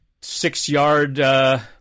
six-yard